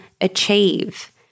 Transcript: achieve